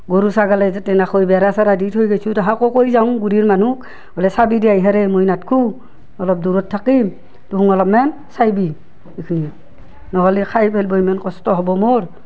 গৰু ছাগলে যাতে নাখায় বেৰা চেৰা দি থৈ গৈছোঁ তাহাকো কৈ যাওঁ গুৰি মানুহ বোলে চাবি দেই ইহাৰে মই নাথাকো অলপ দূৰত থাকিম তুহুন অলপমান চাবি এইখিনি নহ'লে খাই পেলাব ইমান কষ্ট হ'ব মোৰ